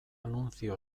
nuncio